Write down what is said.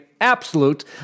absolute